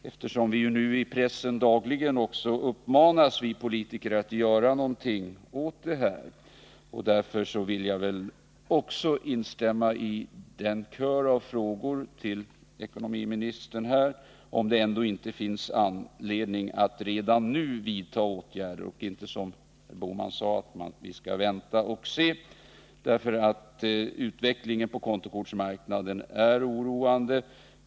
Eftersom vi politiker dagligen uppmanas i pressen att göra någonting åt det här, vill jag instämma i den kör av frågor som riktats till ekonomiministern och fråga om det ändå inte finns anledning att redan nu vidta åtgärder i stället för att, som Gösta Bohman sade, vänta och se. Utvecklingen på kontokortsmarknaden är oroande.